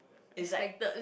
is like